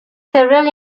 several